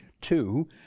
Two